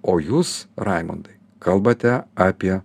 o jūs raimondai kalbate apie